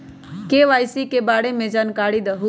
KYC के बारे में जानकारी दहु?